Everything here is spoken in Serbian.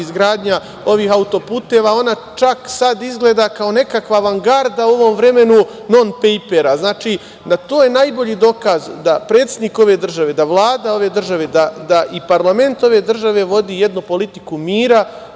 izgradnja ovih auto-puteva. Ona čak sad izgleda kao nekakva avangarda u ovom vremenu. To je najbolji dokaz da predsednik ove države, da Vlada ove države i parlament ove države vodi jednu politiku mira